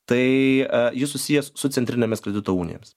tai jis susijęs su centrinėmis kredito unijomis